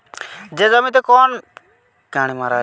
যে জমিতে কম ইনভেস্ট কোরে বেশি লাভ পায়া যাচ্ছে